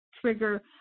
trigger